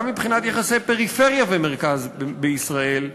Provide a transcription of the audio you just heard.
גם מבחינת יחסי פריפריה ומרכז בישראל,